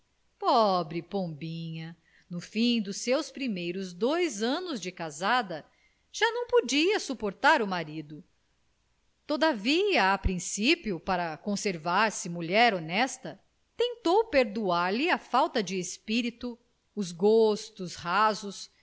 pobre pombinha no fim dos seus primeiros dois anos de casada já não podia suportar o marido todavia a principio para conservar-se mulher honesta tentou perdoar-lhe a falta de espírito os gostos rasos